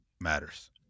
matters